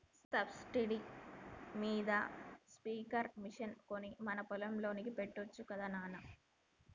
subsidy మీద sprinkler machine కొని మన పొలానికి పెట్టొచ్చు గదా నాన